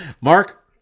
mark